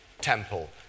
temple